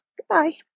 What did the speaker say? Goodbye